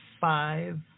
five